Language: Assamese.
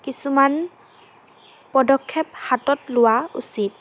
কিছুমান পদক্ষেপ হাতত লোৱা উচিত